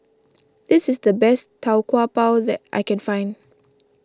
this is the best Tau Kwa Pau that I can find